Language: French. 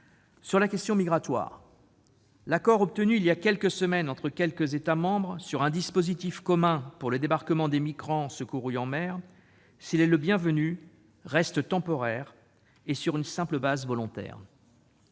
la question migratoire, si l'accord obtenu il y a quelques semaines entre quelques États membres sur un dispositif commun pour le débarquement des migrants secourus en mer est le bienvenu, il reste temporaire et repose sur une simple base volontaire.